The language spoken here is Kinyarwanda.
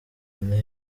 nti